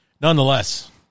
nonetheless